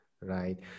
Right